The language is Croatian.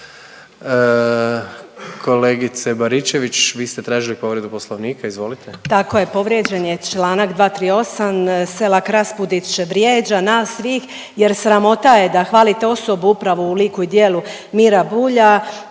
Kolegice Baričević vi ste tražili povredu Poslovnika, izvolite. **Baričević, Danica (HDZ)** Tako je, povrijeđen je Članak 238. Selak Raspudić vrijeđa nas svih jer sramota je da hvalite osobu upravo u liku i djelu Mira Bulja